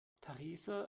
theresa